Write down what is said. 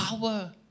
power